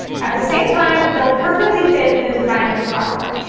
at the same time, they'll perfectly fit in the design of the platform.